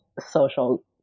social